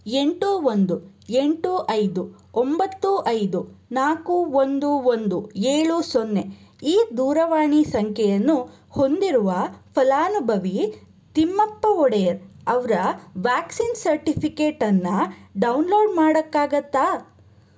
ಎಂಟು ಒಂದು ಎಂಟು ಐದು ಒಂಬತ್ತು ಐದು ನಾಲ್ಕು ಒಂದು ಒಂದು ಏಳು ಸೊನ್ನೆ ಈ ದೂರವಾಣಿ ಸಂಖ್ಯೆಯನ್ನು ಹೊಂದಿರುವ ಫಲಾನುಭವಿ ತಿಮ್ಮಪ್ಪ ಒಡೆಯರ್ ಅವರ ವ್ಯಾಕ್ಸಿನ್ ಸರ್ಟಿಫಿಕೇಟನ್ನು ಡೌನ್ಲೋಡ್ ಮಾಡೋಕ್ಕಾಗತ್ತಾ